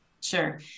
Sure